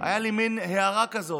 הייתה לי מין הארה כזאת.